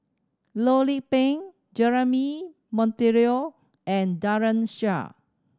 Loh Lik Peng Jeremy Monteiro and Daren Shiau